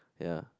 ya